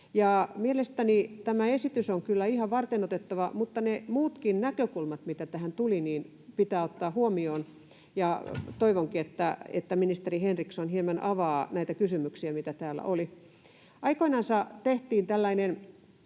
Mielestäni tämä esitys on kyllä ihan varteenotettava, mutta ne muutkin näkökulmat, mitä tähän tuli, pitää ottaa huomioon, ja toivonkin, että ministeri Henriksson hieman avaa näitä kysymyksiä, mitä täällä oli. Aikoinansa tehtiin tällainen